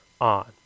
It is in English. on